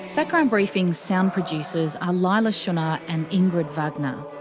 background briefing's sound producers are leila shunnar and ingrid wagner.